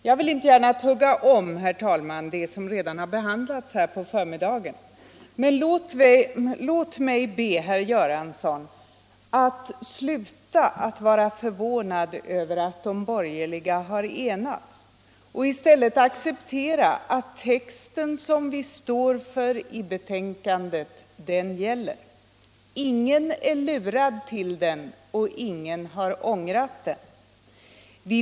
Jag vill inte gärna, herr talman, tugga om det som redan har behandlats här på förmiddagen, men låt mig be herr Göransson att sluta vara förvånad över att de borgerliga har enats och i stället acceptera att texten som vi står för i betänkandet gäller. Ingen är lurad till den och ingen har ångrat det som skrivits.